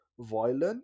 violent